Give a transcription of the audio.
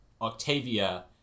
Octavia